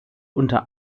unter